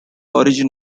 origin